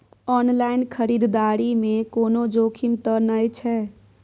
Online खरीददारी में कोनो जोखिम त नय छै?